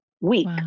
week